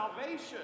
salvation